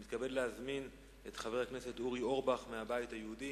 אני מתכבד להזמין את חבר הכנסת אורי אורבך מהבית היהודי.